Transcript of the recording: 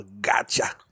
Gotcha